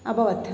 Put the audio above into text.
अभवत्